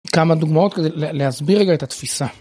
כמה דוגמאות כדי להסביר רגע את התפיסה.